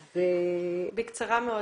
בבקשה.